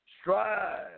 strive